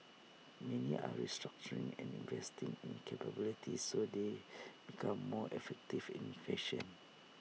many are restructuring and investing in capabilities so they become more effective and efficient